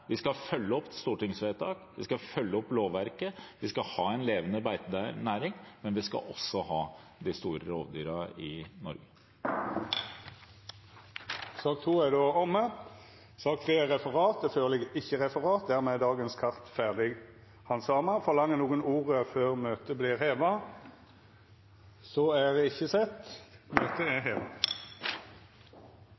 Vi skal følge opp stortingsvedtak, vi skal følge opp lovverket, vi skal ha en levende beitenæring, men vi skal også ha de store rovdyrene i Norge. Då er den ordinære spørjetimen omme. Det ligg ikkje føre noko referat. Dermed er dagens kart ferdig handsama. Ber nokon om ordet før møtet vert heva? – Møtet er